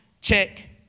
check